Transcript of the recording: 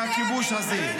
-- מהכיבוש הזה.